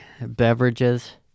beverages